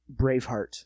Braveheart